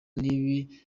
n’ibibi